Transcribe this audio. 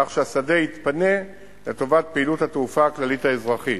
כך שהשדה יתפנה לטובת פעילות התעופה הכללית האזרחית.